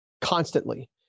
constantly